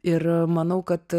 ir manau kad